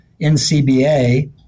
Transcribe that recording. NCBA